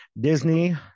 Disney